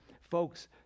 Folks